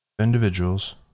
Individuals